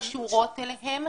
שקשורות אליהם.